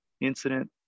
incident